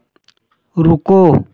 रुको